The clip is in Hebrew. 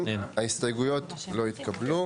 הצבעה בעד 3 נגד 4 ההסתייגויות לא התקבלו.